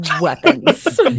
Weapons